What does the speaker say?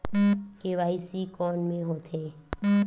KYC कोन में होथे?